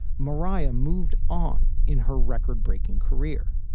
mariah moved on in her record breaking career.